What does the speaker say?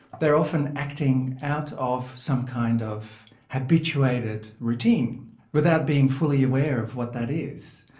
they are often acting out of some kind of habituated routine without being fully aware of what that is.